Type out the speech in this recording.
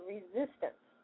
Resistance